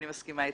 אני מסכימה איתך.